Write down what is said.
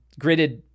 gridded